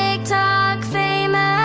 tiktok famous